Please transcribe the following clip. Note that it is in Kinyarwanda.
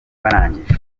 barangije